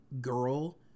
girl